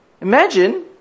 Imagine